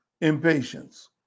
Impatience